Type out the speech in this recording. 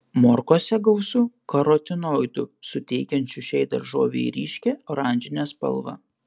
morkose gausu karotinoidų suteikiančių šiai daržovei ryškią oranžinę spalvą